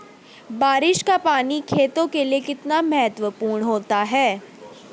बारिश का पानी खेतों के लिये कितना महत्वपूर्ण होता है?